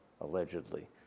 allegedly